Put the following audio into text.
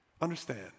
understand